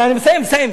צריך ממש לסיים.